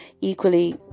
Equally